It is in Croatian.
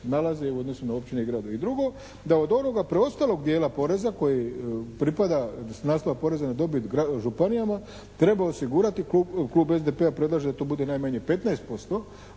nalaze u odnosu na općine i gradove. I drugo da od onoga preostalog dijela poreza koji pripada s naslova poreza na dobit županijama treba osigurati, klub SDP-a predlaže da to bude najmanje 15%